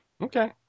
okay